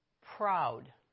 proud